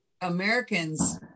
Americans